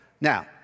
Now